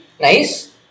nice